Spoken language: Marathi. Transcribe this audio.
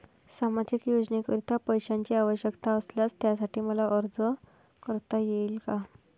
सामाजिक योजनेकरीता पैशांची आवश्यकता असल्यास त्यासाठी मला अर्ज करता येईल का?